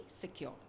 secure